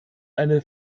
eine